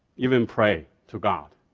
even pray to god.